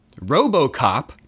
Robocop